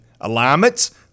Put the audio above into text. Alignments